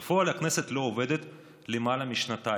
בפועל, הכנסת לא עובדת למעלה משנתיים.